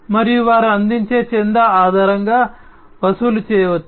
మరియు వారు అందించే చందా ఆధారంగా వసూలు చేయవచ్చు